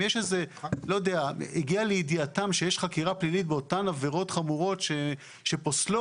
אם הגיע לידיעתם שיש חקירה פלילית באותן עבירות חמורות שפוסלות